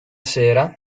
sera